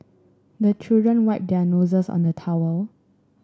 the children wipe their noses on the towel